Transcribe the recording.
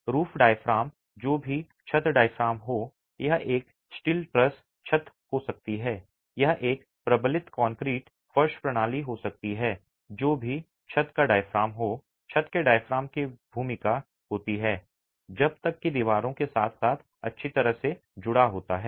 roof diaphragm जो भी छत डायाफ्राम हो यह एक स्टील ट्रस छत हो सकती है यह एक प्रबलित कंक्रीट फर्श प्रणाली हो सकती है जो भी छत का डायाफ्राम हो छत के डायाफ्राम की भी भूमिका होती है जब तक कि दीवारों के साथ साथ अच्छी तरह से जुड़ा होता है